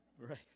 right